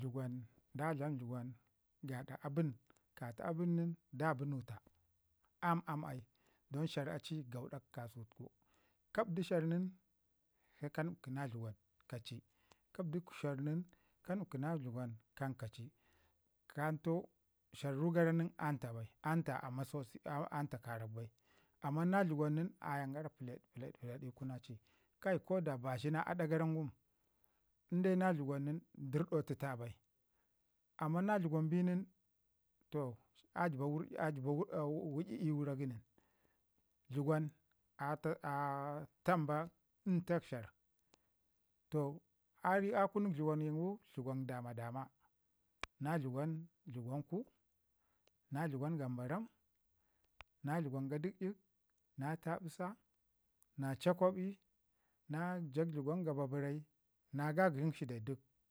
Da dlam dləgwa gaɗa abən ka ta abən nin da bi nuta aam aam bai don shar a ci gaudak kasutuku, gaɓdi sharre nin se ka nupki na dləgwangu kaci, kapɗi shar nin ka nupki na dləgwan kaci. Kantau shar rugaran a nta bai nta amma sosai bai karak bai, amman na dləgwan ayan gara pələd pələd kai ko da bazhi na aɗa gara ngum inde na dləgwan nin ɗirɗau təta bai amma na dləgwan bi nin a jəba "widi a wudi a wudi" ii wura gənən. Dləgwan a tamba ntak shar toh a a kunu dləgwaningu dləgwan dama dama na dləgwanku na dləgwan gambaram na dləgwan gaɗi'ik na taɓisa na chakoɓi na ja dləgwan gababərai na gagəshin shi duk.